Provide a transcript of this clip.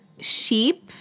sheep